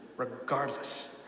regardless